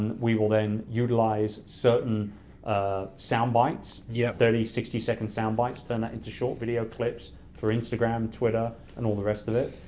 and we will then utilize certain ah soundbites. yeah thirty sixty second soundbites, turn that into short video clips. for instagram, twitter and all the rest of it.